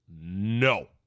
no